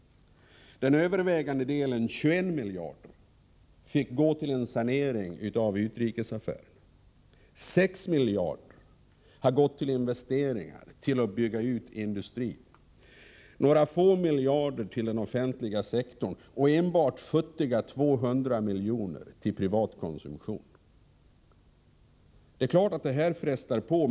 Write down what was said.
Jo, den övervägande delen —-21 miljarder —- fick gå till en sanering av utrikesaffärerna. 6 miljarder har gått till investeringar, till en utbyggnad av industrin. Några få miljarder har gått till den offentliga sektorn, och futtiga 200 miljoner har gått till privat konsumtion. Det är, som sagt, klart att sådant här innebär påfrestningar.